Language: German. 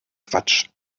quatsch